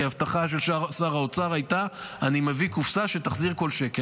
כי ההבטחה של שר האוצר הייתה: אני מביא קופסה שתחזיר כל שקל.